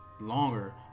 longer